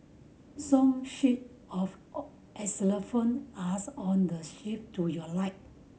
song sheet of xylophone are on the to your right